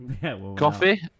Coffee